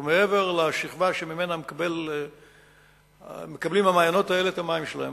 הוא מעבר לשכבה שממנה מקבלים המעיינות האלה את המים שלהם,